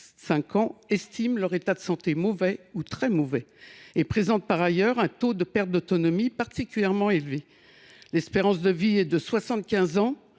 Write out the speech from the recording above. estiment leur état de santé mauvais ou très mauvais et présentent un taux de perte d’autonomie particulièrement élevé. L’espérance de vie y est de 75 ans,